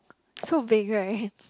so vague right